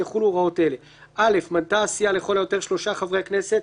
יחולו הוראות אלה: א)מנתה הסיעה לכל היותר שלושה חברי הכנסת,